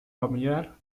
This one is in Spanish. familiar